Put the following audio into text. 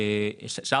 אם